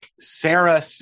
Sarah